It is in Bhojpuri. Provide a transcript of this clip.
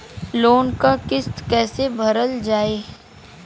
लोन क किस्त कैसे भरल जाए?